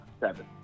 seven